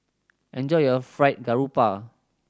enjoy your Fried Garoupa